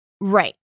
right